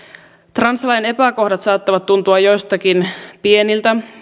translain epäkohdat saattavat tuntua joistakin pieniltä